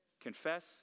confess